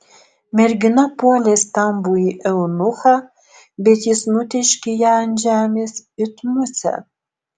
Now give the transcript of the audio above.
mergina puolė stambųjį eunuchą bet jis nutėškė ją ant žemės it musę